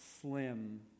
slim